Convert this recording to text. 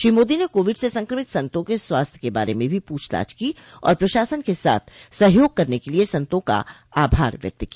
श्री मोदी ने कोविड से संक्रमित संतों के स्वास्थ्य के बारे में भी पूछताछ की और प्रशासन के साथ सहयोग करने के लिए संतों का आभार व्यक्त किया